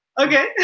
Okay